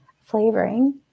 flavoring